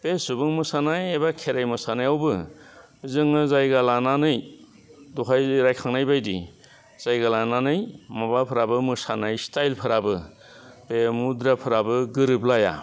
बे सुबुं मोसानाय एबा खेराइ मोसानायावबो जोङो जायगा लानानै दहाय रायखांनाय बायदि जायगा लानानै माबाफ्राबो मोसानाय स्टाइलफ्राबो बे मुद्राफ्राबो गोरोब लाया